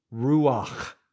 ruach